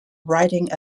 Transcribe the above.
riding